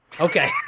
Okay